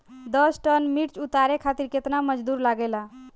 दस टन मिर्च उतारे खातीर केतना मजदुर लागेला?